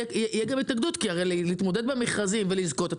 תהיה גם התנגדות כי הרי להתמודד במכרזים ולזכות,